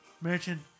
Merchant